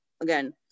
again